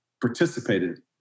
participated